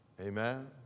Amen